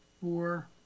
Four